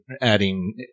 adding